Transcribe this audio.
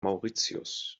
mauritius